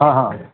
हां हां